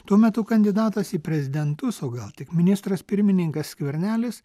tuo metu kandidatas į prezidentus o gal tik ministras pirmininkas skvernelis